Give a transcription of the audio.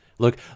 Look